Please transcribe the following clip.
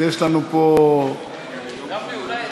דיווח על פריצה למאגר מידע),